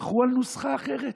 הלכו על נוסחה אחרת,